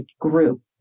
group